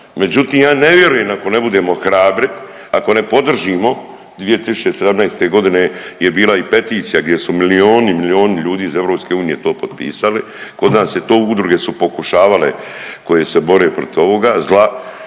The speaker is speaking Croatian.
Međutim, ja ne vjerujem ako ne budemo hrabri, ako ne podržimo 2017. g. je bila i peticija gdje su milijuni i milijuni ljudi iz EU to potpisali, kod nas je to, udruge su pokušavale koje se bore protiv ovoga zla,